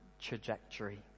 trajectory